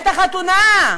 את החתונה.